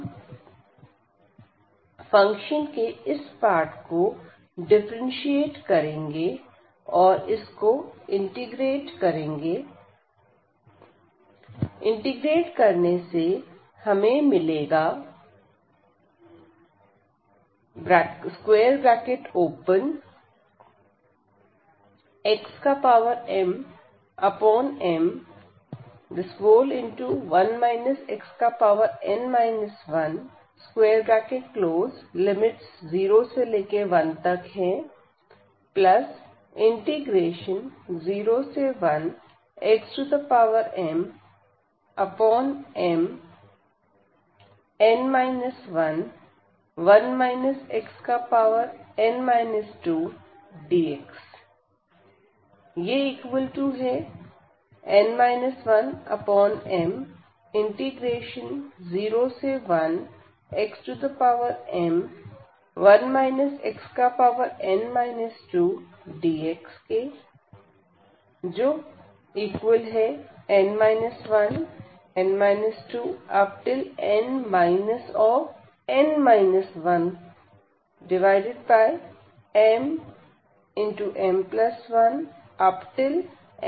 हम फंक्शन के इस पार्ट को डिफरेंटशिएट करेंगे और इसको इंटीग्रेट करेंगे